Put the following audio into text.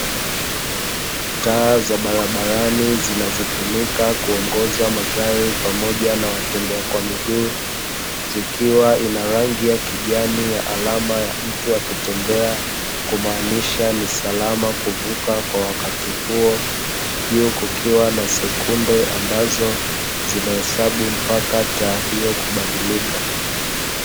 Taa za barabarani zinazotumika kuongoza magari pamoja na watembea kwa miguu, zikiwa ina rangi ya kijani ya alama ya mtu akitembea kumaanisha ni salama kuvuka kwa wakati huo, pia kukiwa na sekunde ambazo zimehesabu mpaka taa hiyo kubadilika.